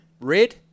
Red